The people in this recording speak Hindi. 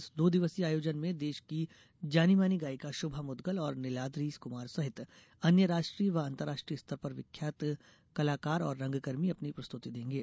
इस दो दिवसीय आयोजन में देश की जानी मानी गायिका शुभा मुद्गल और निलाद्री कुमार सहित अन्य राष्ट्रीय व अंतर्राष्ट्रीय स्तर पर विख्यात कलाकार और रंगकर्मी अपनी प्रस्तुति देंगे